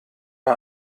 bei